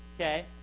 okay